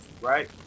right